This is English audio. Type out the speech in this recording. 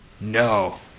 No